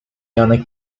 janek